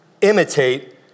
imitate